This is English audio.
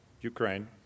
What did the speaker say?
Ukraine